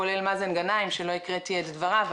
כולל מאזן גנאים שלא הקראתי את דבריו.